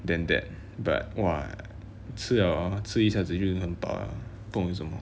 than that but !wah! 吃 liao hor 吃一下子就已经很饱了不懂为什么